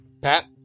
Pat